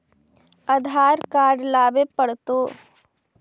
आधार card लाबे पड़तै?